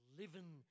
living